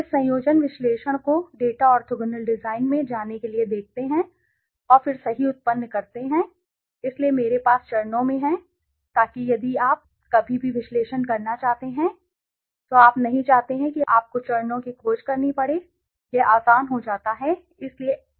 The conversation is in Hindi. इस संयोजन विश्लेषण को डेटा ऑर्थोगोनल डिज़ाइन में जाने के लिए देखते हैं और फिर सही उत्पन्न करते हैं इसलिए मेरे पास चरणों में है ताकि यदि आप कभी भी विश्लेषण करना चाहते हैं तो आप नहीं चाहते कि आपको चरणों की खोज करनी पड़े यह आसान हो जाता है